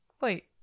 Wait